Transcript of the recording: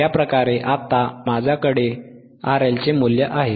या प्रकारे आता माझ्याकडे RL चे मूल्य आहे